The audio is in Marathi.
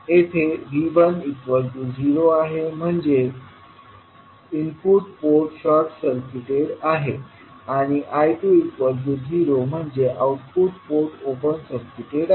येथे V10आहे म्हणजे इनपुट पोर्ट शॉर्ट सर्किटेड आहे आणि I2 0 म्हणजे आउटपुट पोर्ट ओपन सर्किटेड आहे